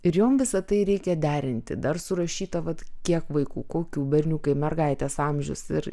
ir jom visa tai reikia derinti dar surašyta vat kiek vaikų kokių berniukai mergaitės amžius ir